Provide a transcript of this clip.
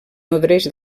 nodreix